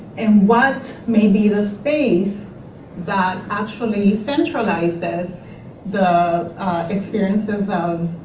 and what may be the space that actually centralizes the experiences of